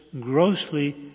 grossly